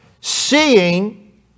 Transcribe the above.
seeing